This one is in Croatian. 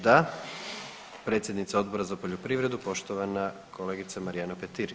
Da, predsjednica Odbora za poljoprivredu poštovana kolegica Marijana Petir.